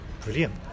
Brilliant